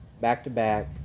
back-to-back